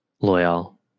loyal